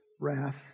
wrath